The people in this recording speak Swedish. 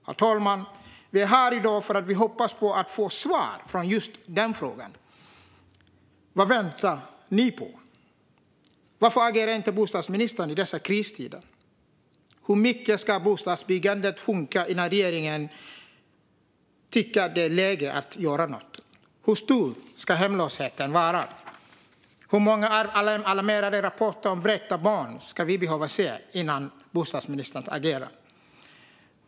Herr talman! Vi är här i dag för att vi hoppas på att få svar på just den frågan: Vad väntar ni på? Varför agerar inte bostadsministern i dessa kristider? Hur mycket ska bostadsbyggandet sjunka innan regeringen tycker att det är läge att göra något? Hur stor ska hemlösheten vara? Hur många alarmerande rapporter om vräkta barn ska vi behöva se innan bostadsministern agerar?